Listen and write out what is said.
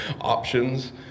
options